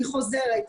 אני חוזרת,